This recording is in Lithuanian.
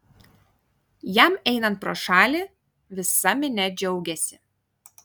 jam einant pro šalį visa minia džiaugėsi